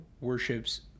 worships